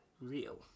...real